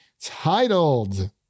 titled